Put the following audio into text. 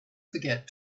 forget